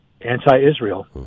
anti-Israel